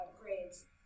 grades